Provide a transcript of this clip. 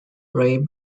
ray